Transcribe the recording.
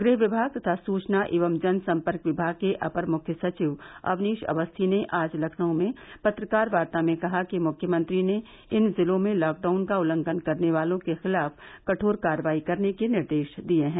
गृह विभाग तथा सुचना एवं जनसंपर्क विभाग के अपर मुख्य सचिव अवनीश अवस्थी ने आज लखनऊ में पत्रकार वार्ता में कहा कि मुख्यमंत्री ने इन जिलों में लॉकडाउन का उल्लंघन करने वालों के खिलाफ कठोर कार्रवाई करने के निर्देश हैं